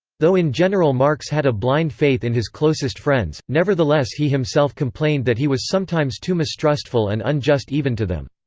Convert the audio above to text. though in general marx had a blind faith in his closest friends, nevertheless he himself complained that he was sometimes too mistrustful and unjust even to them.